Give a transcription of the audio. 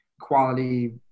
quality